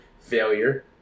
failure